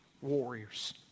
warriors